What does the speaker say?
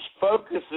focuses